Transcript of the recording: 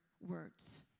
words